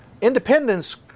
Independence